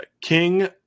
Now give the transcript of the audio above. King